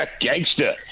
Gangster